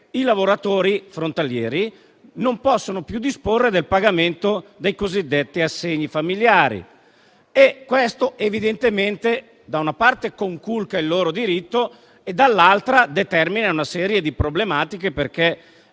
i lavoratori frontalieri non possono più disporre del pagamento dei cosiddetti assegni familiari. E questo evidentemente -da una parte - conculca il loro diritto e - dall'altra - determina una serie di problematiche.